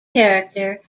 character